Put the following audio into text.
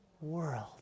world